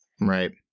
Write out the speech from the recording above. Right